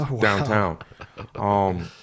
downtown